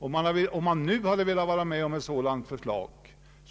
Om man nu hade velat gå med på ett sådant förslag,